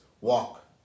walk